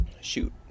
Shoot